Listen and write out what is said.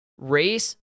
race-